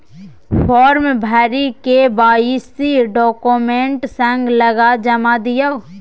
farm भरि KYC document संग लगा जमा दियौ